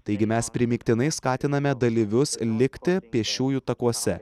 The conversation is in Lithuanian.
taigi mes primygtinai skatiname dalyvius likti pėsčiųjų takuose